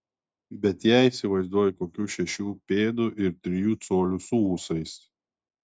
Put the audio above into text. bet ją įsivaizduoju kokių šešių pėdų ir trijų colių su ūsais